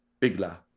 bigla